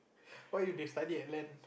what if they study and learn